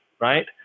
right